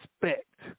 respect